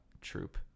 troop